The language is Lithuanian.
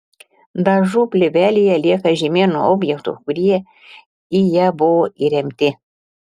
dažų plėvelėje lieka žymė nuo objektų kurie į ją buvo įremti